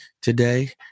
today